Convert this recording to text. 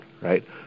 right